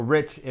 Rich